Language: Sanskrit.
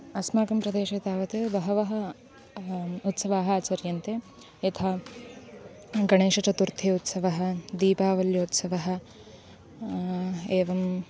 अस्माकं प्रदेशे तावत् बहवः उत्सवाः आचर्यन्ते यथा गणेशचतुर्थी उत्सवः दीपावल्योत्सवः एवम्